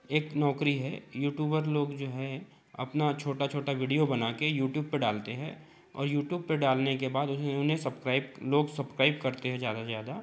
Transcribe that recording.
एक नौकरी है यूट्यूबर लोग जो है अपना छोटा छोटा विडिओ बना कर यूट्यूब पर डालते हैं और यूट्यूब पर डालने के बाद उन्होंने सबस्क्राइब लोग सबस्क्राइब करते है ज़्यादा से ज़्यादा